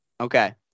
Okay